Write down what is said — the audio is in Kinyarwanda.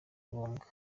ngombwa